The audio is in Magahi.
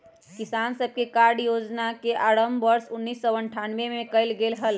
किसान क्रेडिट कार्ड योजना के आरंभ वर्ष उन्नीसौ अठ्ठान्नबे में कइल गैले हल